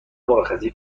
مرخصی